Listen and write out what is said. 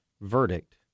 verdict